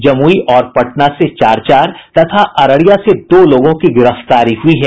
जमुई और पटना से चार चार तथा अररिया से दो लोगों की गिरफ्तारी हुई है